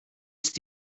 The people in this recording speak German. ist